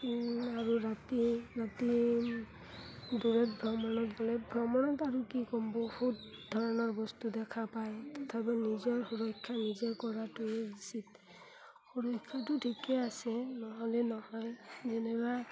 আৰু ৰাতি ৰাতি দূৰৈত ভ্ৰমণত গ'লে ভ্ৰমণত আৰু কি ক'ম বহুত ধৰণৰ বস্তু দেখা পায় তথাপিও নিজৰ সুৰক্ষা নিজে কৰাটোৱেই উচিত সুৰক্ষাটো ঠিকেই আছে নহ'লে নহয় যেনিবা